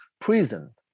prison